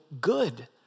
good